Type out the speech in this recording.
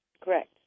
Correct